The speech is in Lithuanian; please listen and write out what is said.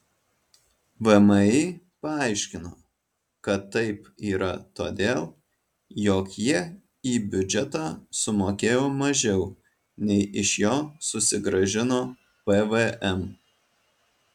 vmi paaiškino kad taip yra todėl jog jie į biudžetą sumokėjo mažiau nei iš jo susigrąžino pvm